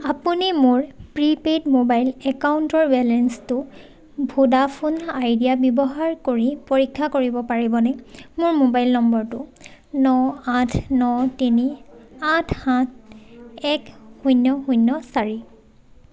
আপুনি মোৰ prepaid mobile একাউণ্টৰ বেলেন্সটো ভোডাফোন আইডিয়া ব্যৱহাৰ কৰি পৰীক্ষা কৰিব পাৰিবনে মোৰ মোবাইল নম্বৰটো ন আঠ ন তিনি আঠ সাত এক শূন্য শূন্য চাৰি